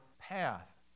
path